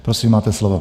Prosím, máte slovo.